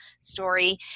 story